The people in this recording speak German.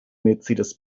mercedes